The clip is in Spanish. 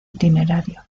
itinerario